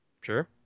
Sure